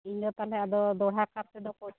ᱤᱧᱫᱚ ᱛᱟᱦᱚᱞᱮ ᱟᱫᱚ ᱫᱚᱲᱦᱟ ᱠᱟᱨ ᱛᱮᱫᱚ ᱠᱚ